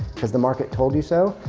cause the market told you so,